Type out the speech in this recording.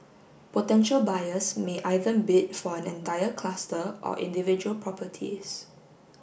potential buyers may either bid for an entire cluster or individual properties